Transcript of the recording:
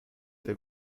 der